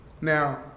Now